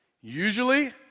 usually